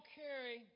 carry